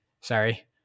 sorry